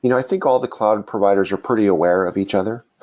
you know i think all the cloud providers are pretty aware of each other.